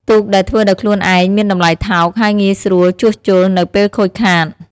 ទូកដែលធ្វើដោយខ្លួនឯងមានតម្លៃថោក ហើយងាយស្រួលជួសជុលនៅពេលខូចខាត។